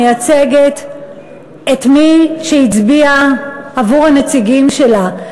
מייצגת את מי שהצביע עבור הנציגים שלה.